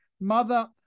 mother